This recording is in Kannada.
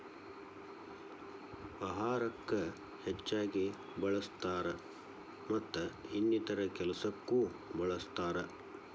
ಅಹಾರಕ್ಕ ಹೆಚ್ಚಾಗಿ ಬಳ್ಸತಾರ ಮತ್ತ ಇನ್ನಿತರೆ ಕೆಲಸಕ್ಕು ಬಳ್ಸತಾರ